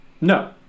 No